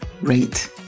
rate